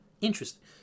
Interesting